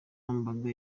mbaga